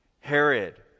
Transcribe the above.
Herod